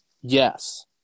yes